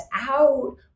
out